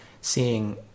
seeing